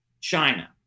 china